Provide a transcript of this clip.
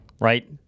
Right